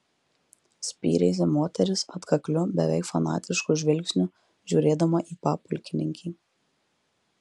spyrėsi moteris atkakliu beveik fanatišku žvilgsniu žiūrėdama į papulkininkį